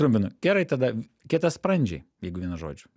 trumpinu gerai tada kietasprandžiai jeigu vienu žodžiu